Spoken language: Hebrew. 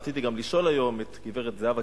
רציתי גם לשאול היום את גברת זהבה כיבוש: